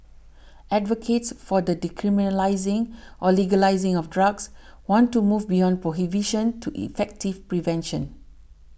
advocates for the decriminalising or legalising of drugs want to move beyond prohibition to effective prevention